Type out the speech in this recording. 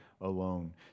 alone